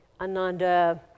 Ananda